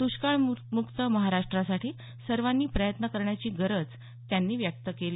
दुष्काळमुक्त महाराष्ट्रसाठी सर्वांनी प्रयत्न करण्याची गरज त्यांनी व्यक्त केली